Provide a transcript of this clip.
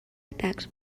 atacs